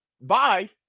Bye